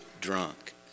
drunk